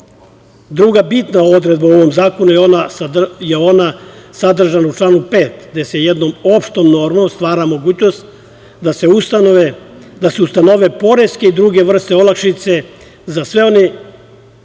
pisma. Druga bitna odredba u ovom zakonu je sadržana u članu 5. gde se jednom opštom normom stvara mogućnost da se ustanove poreske i druge vrste olakšica za sve one